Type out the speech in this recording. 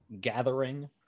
gathering